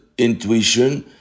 Intuition